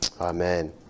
Amen